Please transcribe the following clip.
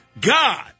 god